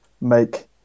make